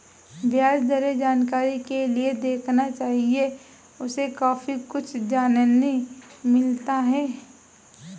ब्याज दरें जानकारी के लिए देखना चाहिए, उससे काफी कुछ जानने मिलता है